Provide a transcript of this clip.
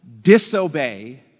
disobey